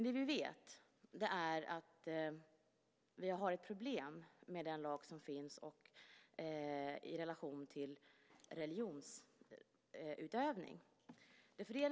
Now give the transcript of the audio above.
Det vi vet är att vi har ett problem med den lag som finns i relation till religionsutövning.